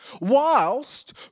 whilst